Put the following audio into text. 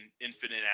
infinite